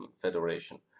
federation